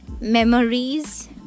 Memories